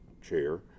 chair